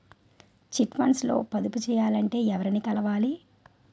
Chit funds లో పొదుపు చేయాలంటే ఎవరిని కలవాలి?